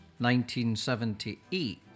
1978